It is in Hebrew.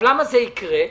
למה זה יקרה?